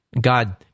God